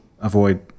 avoid